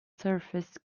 surface